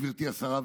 גברתי השרה,